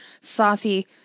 saucy